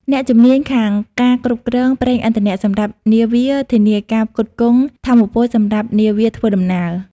អ្នកជំនាញខាងការគ្រប់គ្រងប្រេងឥន្ធនៈសម្រាប់នាវា ធានាការផ្គត់ផ្គង់ថាមពលសម្រាប់នាវាធ្វើដំណើរ។